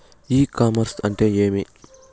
ఇ commerce అంటే ఏమి?